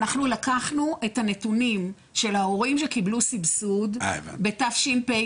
אנחנו לקחנו את הנתונים של ההורים שקיבלו סבסוד בתשפ"ב.